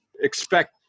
expect